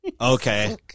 okay